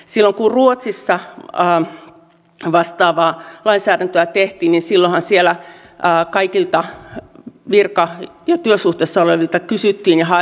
silloin kun ruotsissa vastaavaa lainsäädäntöä tehtiin niin silloinhan siellä kaikilta virka ja työsuhteessa olevilta kysyttiin ja haettiin se suostumus